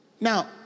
Now